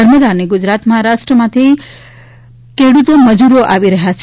નર્મદા અને ગુજરાત મહારાષ્ટ્રમાંથી કોઈતાઓ મજૂરો આવી રહ્યા છે